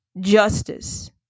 Justice